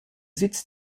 sitz